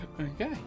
Okay